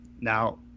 Now